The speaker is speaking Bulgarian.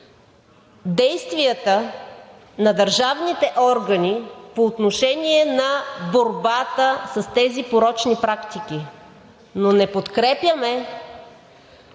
действията на държавните органи по отношение на борбата с тези порочни практики, но не подкрепяме